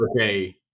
okay